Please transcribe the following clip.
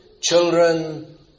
children